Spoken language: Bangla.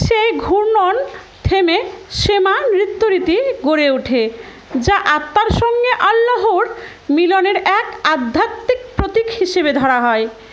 সেই ঘূর্ণন থেমে সেমা নৃত্যরীতি গড়ে ওঠে যা আত্মার সঙ্গে আল্লাহর মিলনের এক আধ্যাত্মিক প্রতীক হিসেবে ধরা হয়